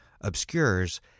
obscures